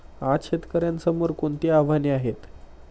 आज शेतकऱ्यांसमोर कोणती आव्हाने आहेत?